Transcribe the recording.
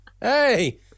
hey